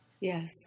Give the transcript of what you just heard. Yes